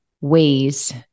ways